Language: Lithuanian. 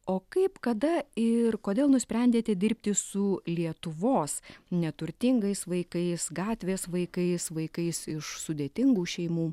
o kaip kada ir kodėl nusprendėte dirbti su lietuvos neturtingais vaikais gatvės vaikais vaikais iš sudėtingų šeimų